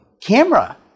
Camera